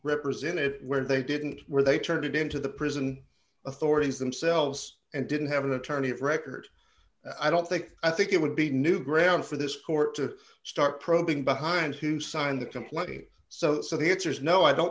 represented where they didn't where they turned it into the prison authorities themselves and didn't have an attorney of record i don't think i think it would be new ground for this court to start probing behind who signed the complaint so the answer is no i don't